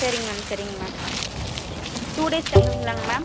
சரிங்க மேம் சரிங்க ma'am two days தங்குவீங்களாங்க மேம்